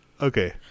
Okay